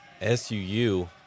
SUU